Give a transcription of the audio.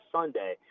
Sunday